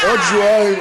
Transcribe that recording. כל הכבוד, צהלולים.